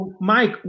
Mike